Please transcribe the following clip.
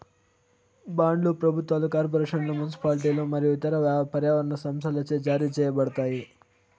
బాండ్లు ప్రభుత్వాలు, కార్పొరేషన్లు, మునిసిపాలిటీలు మరియు ఇతర పర్యావరణ సంస్థలచే జారీ చేయబడతాయి